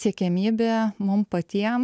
siekiamybė mum patiem